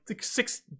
six